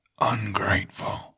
ungrateful